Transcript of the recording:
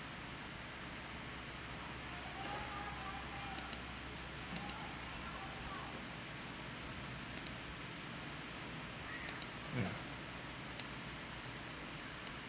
yeah